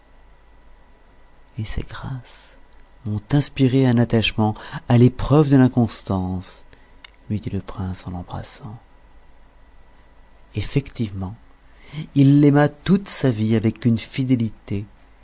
et ces grâces m'ont inspiré un attachement à l'épreuve de l'inconstance lui dit le prince en l'embrassant effectivement il l'aima toute sa vie avec une fidélité